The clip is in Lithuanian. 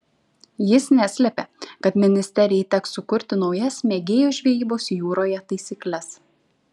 jis neslėpė kad ministerjai teks sukurti naujas mėgėjų žvejybos jūroje taisykles